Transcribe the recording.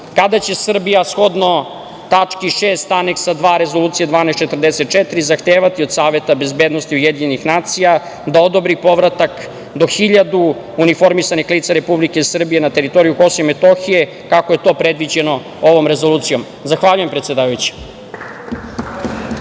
kada će Srbija, shodno tački 6) Aneksa 2 Rezolucije 1244, zahtevati od Saveta bezbednosti UN da odobri povratak do hiljadu uniformisanih lica Republike Srbije na teritoriju KiM, kako je to predviđeno ovom Rezolucijom? Zahvaljujem predsedavajuća.